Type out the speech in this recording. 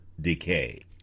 decay